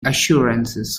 assurances